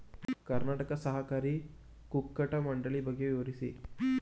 ಕರ್ನಾಟಕ ಸಹಕಾರಿ ಕುಕ್ಕಟ ಮಂಡಳಿ ಬಗ್ಗೆ ವಿವರಿಸಿ?